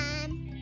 time